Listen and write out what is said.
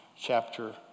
chapter